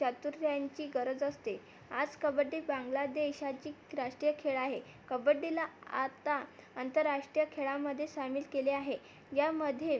चातुर्यांची गरज असते आज कबड्डी बांगलादेशाची राष्ट्रीय खेळ आहे कबड्डीला आता आंतरराष्ट्रीय खेळामध्ये सामील केले आहे यामध्ये